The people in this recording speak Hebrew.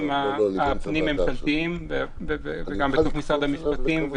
הפנים-ממשלתיים וגם בתוך משרד המשפטים,